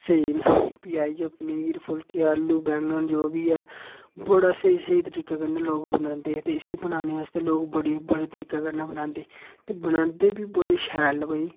स्हेई न प्ही आई गेआ पनीर फुल्के आलू बैंगन जो बी ऐ बड़ा स्हेई स्हेई तरीके कन्नै लोक बनांदे ते इसी बनाने आस्तै लोक बड़ी बड़ी तरीके कन्नै बनांदे ते बनांदे बी बड़े शैल भाई